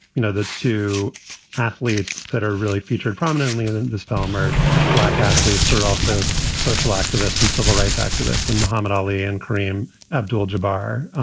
you know, the two athletes that are really featured prominently in this film are black athletes are also social activists and civil rights activists and muhammad ali and kareem abdul jabbar.